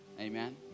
Amen